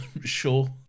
sure